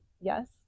yes